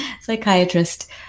psychiatrist